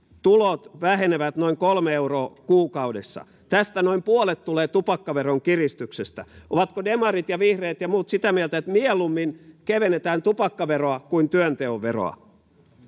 tulot vähenevät noin kolme euroa kuukaudessa tästä noin puolet tulee tupakkaveron kiristyksestä ovatko demarit ja vihreät ja muut sitä mieltä että mieluummin kevennetään tupakkaveroa kuin työnteon veroa